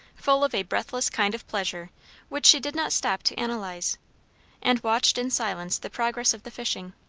full of a breathless kind of pleasure which she did not stop to analyze and watched in silence the progress of the fishing.